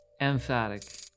emphatic